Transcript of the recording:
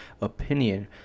Opinion